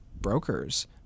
brokers